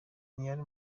ntiyari